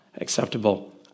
acceptable